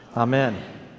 Amen